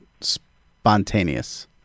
spontaneous